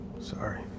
sorry